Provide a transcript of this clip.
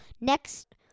Next